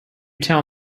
tell